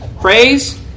praise